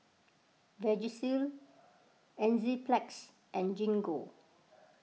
Vagisil Enzyplex and Gingko